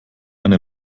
eine